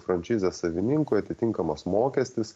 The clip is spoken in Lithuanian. frančizės savininkui atitinkamas mokestis